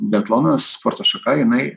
biatlonas sporto šaka jinai